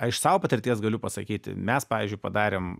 a iš savo patirties galiu pasakyti mes pavyzdžiui padarėm